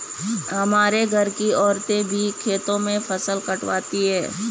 हमारे घर की औरतें भी खेतों में फसल कटवाती हैं